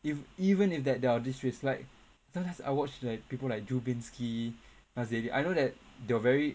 if even if that there are this risk like sometimes I watch like people like drew binsky na~ I know that they're very